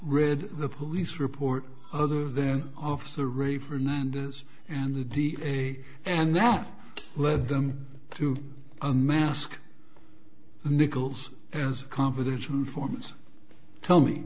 read the police report other than officer ray fernandez and the d a and that led them to unmask nichols as confidential informants tell me